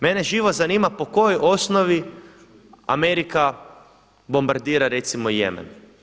Mene živo zanima po kojoj osnovi Amerika bombardira recimo Jemen?